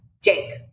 Jake